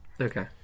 Okay